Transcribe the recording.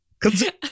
Cause